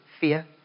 Fear